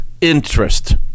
interest